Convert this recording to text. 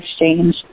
exchange